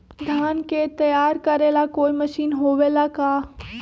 धान के तैयार करेला कोई मशीन होबेला का?